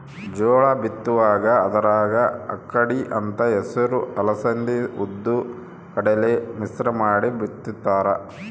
ಜೋಳ ಬಿತ್ತುವಾಗ ಅದರಾಗ ಅಕ್ಕಡಿ ಅಂತ ಹೆಸರು ಅಲಸಂದಿ ಉದ್ದು ಕಡಲೆ ಮಿಶ್ರ ಮಾಡಿ ಬಿತ್ತುತ್ತಾರ